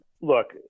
look